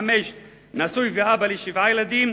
נשוי ואבא לשבעה ילדים,